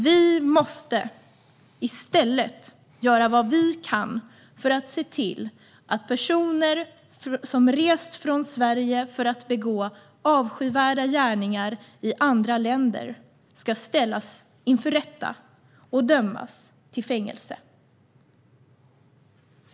Vi måste i stället göra vad vi kan för att se till att personer som rest från Sverige för att begå avskyvärda gärningar i andra länder ska ställas inför rätta och dömas till fängelse.